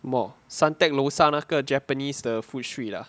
什么 suntec 楼上那个 japanese 的 food street ah